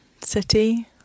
city